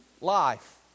Life